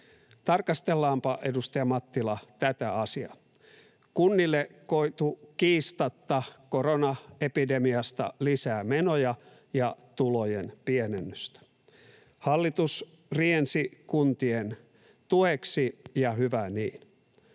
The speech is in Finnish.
Tarkastellaanpa, edustaja Mattila, tätä asiaa. Kunnille koitui kiistatta koronaepidemiasta lisää menoja ja tulojen pienennystä. Hallitus riensi kuntien tueksi, ja hyvä niin,